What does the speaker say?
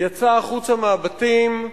יצא החוצה מהבתים,